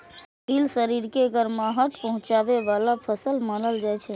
तिल शरीर के गरमाहट पहुंचाबै बला फसल मानल जाइ छै